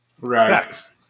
Right